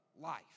life